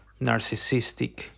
narcissistic